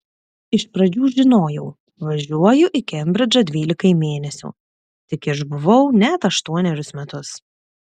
iš pradžių žinojau važiuoju į kembridžą dvylikai mėnesių tik išbuvau net aštuonerius metus